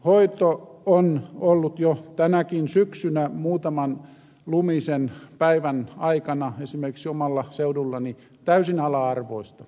hoito on ollut jo tänäkin syksynä muutaman lumisen päivän aikana esimerkiksi omalla seudullani täysin ala arvoista